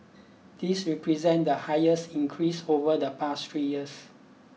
this represent the highest increase over the past three years